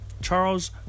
Charles